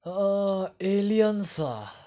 err aliens ah